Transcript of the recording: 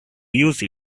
use